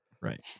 Right